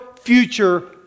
future